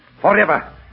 Forever